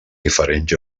diferents